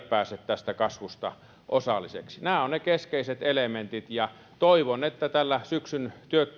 pääse tästä kasvusta osalliseksi nämä ovat ne keskeiset elementit toivon että tällä syksyn